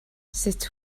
sut